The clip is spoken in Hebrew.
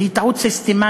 והיא טעות סיסטמטית,